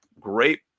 Great